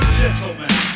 gentlemen